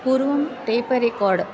पूर्वं tape record